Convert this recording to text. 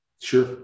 Sure